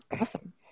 Awesome